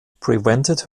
prevented